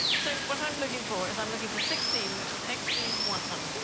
so what i'm looking for is i'm looking for sixteen, which is x v one,